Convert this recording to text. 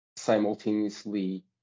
simultaneously